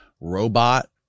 robot